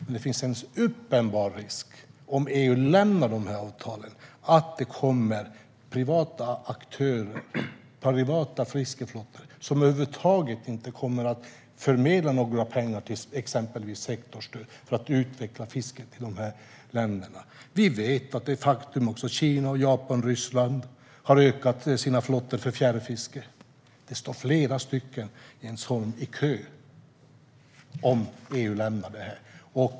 Men det finns en uppenbar risk om EU lämnar avtalen att det kommer privata aktörer, privata fiskeflottor, som inte över huvud taget kommer att förmedla några pengar till exempelvis sektorstöd för att utveckla fisket i dessa länder. Vi vet att det är ett faktum att Kina, Japan och Ryssland har ökat sina fiskeflottor för fjärrfiske. Det står flera i kö om EU lämnar detta.